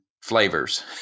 flavors